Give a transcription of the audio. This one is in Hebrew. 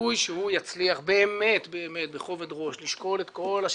הסיכוי שהוא יצליח באמת באמת בכובד ראש לשקול את כל השיקולים,